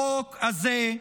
החוק הזה,